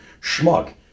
schmuck